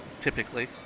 typically